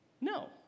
No